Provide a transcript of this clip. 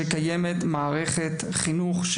שבנוסף קיימת מערכת חינוך,